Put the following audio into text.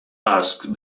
asked